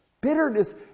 Bitterness